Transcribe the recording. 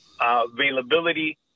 availability